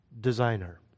designer